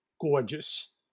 gorgeous